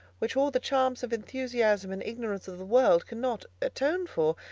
which all the charms of enthusiasm and ignorance of the world cannot atone for.